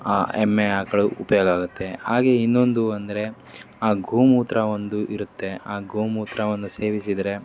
ಆ ಎಮ್ಮೆ ಆಕಳು ಉಪಯೋಗ ಆಗುತ್ತೆ ಹಾಗೇ ಇನ್ನೊಂದು ಅಂದರೆ ಆ ಗೋಮೂತ್ರ ಒಂದು ಇರುತ್ತೆ ಆ ಗೋಮೂತ್ರವನ್ನು ಸೇವಿಸಿದರೆ